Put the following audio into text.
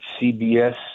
CBS